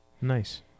Nice